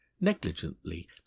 negligently